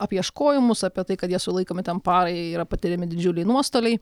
apieškojimus apie tai kad jie sulaikomi ten parai yra patiriami didžiuliai nuostoliai